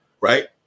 right